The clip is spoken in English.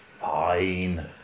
fine